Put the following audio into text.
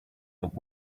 but